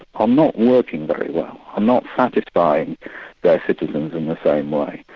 um not working very well, are not satisfying their citizens in the same way,